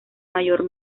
mayor